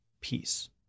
peace